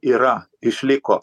yra išliko